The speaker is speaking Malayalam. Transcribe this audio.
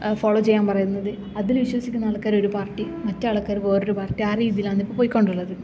ഫോളോ ചെയ്യാന് പറയുന്നത് അതിൽ വിശ്വസിക്കുന്ന ആൾക്കാർ ഒരു പാര്ട്ടി മറ്റേ ആള്ക്കാർ വേറൊരു പാര്ട്ടി ആ രീതിയിലാണ് ഇപ്പോൾ പൊയ്ക്കോണ്ടുള്ളത്